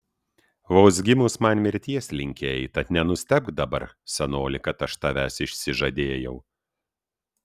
vos gimus man mirties linkėjai tad nenustebk dabar senoli kad aš tavęs išsižadėjau